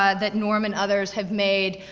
ah that norm and others have made,